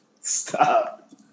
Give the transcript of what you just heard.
Stop